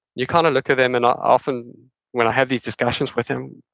you kind of look at them, and often when i have these discussions with them,